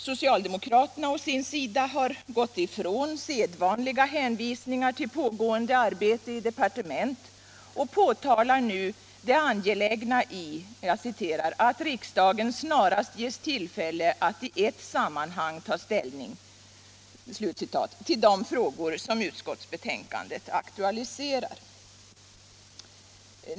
Socialdemokraterna har å sin sida gått ifrån sedvanliga hänvisningar till pågående arbete i departementen och framhåller nu det angelägna i ”att riksdagen snarast ges tillfälle att i ett sammanhang ta ställning” till de frågor som utskottsbetänkandet aktualiserar.